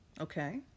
okay